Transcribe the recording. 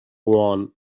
won